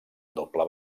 doble